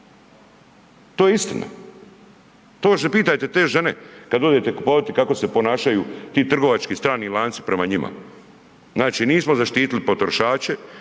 To je istina, to pitajte te žene kad odete kupovati kako se ponašaju ti trgovački strani lanci prema njima. Znači, nismo zaštitili potrošače,